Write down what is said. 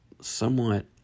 Somewhat